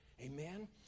Amen